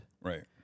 Right